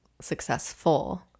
successful